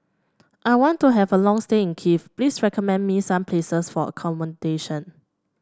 I want to have a long stay in Kiev please recommend me some places for accommodation